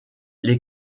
les